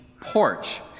porch